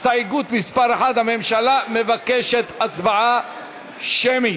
הסתייגות מס' 1, הממשלה מבקשת הצבעה שמית.